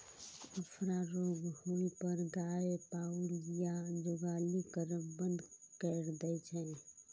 अफरा रोग होइ पर गाय पाउज या जुगाली करब बंद कैर दै छै